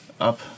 up